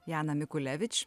jana mikulevič